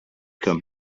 come